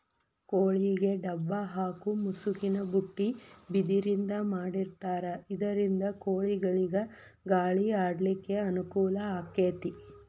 ಕೋಳಿಗೆ ಡಬ್ಬ ಹಾಕು ಮುಸುಕಿನ ಬುಟ್ಟಿ ಬಿದಿರಿಂದ ಮಾಡಿರ್ತಾರ ಇದರಿಂದ ಕೋಳಿಗಳಿಗ ಗಾಳಿ ಆಡ್ಲಿಕ್ಕೆ ಅನುಕೂಲ ಆಕ್ಕೆತಿ